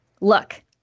look